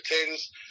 potatoes